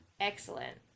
Excellent